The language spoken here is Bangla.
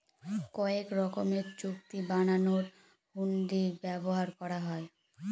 কয়েক রকমের চুক্তি বানানোর হুন্ডি ব্যবহার করা হয়